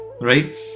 Right